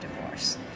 divorce